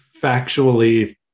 factually